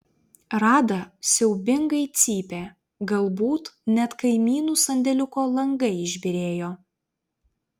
rada siaubingai cypė galbūt net kaimynų sandėliuko langai išbyrėjo